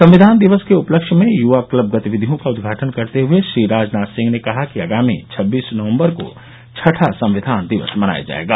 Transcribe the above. संविधान दिवस के उपलक्ष में युवा क्लब गतिविधियों का उद्घाटन करते हुए श्री राजनाथ सिंह ने कहा कि आगामी छब्बीस नवम्बर को छठां संविधान दिवस मनाया जायेगा